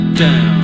down